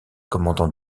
commandant